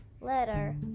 letter